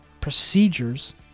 procedures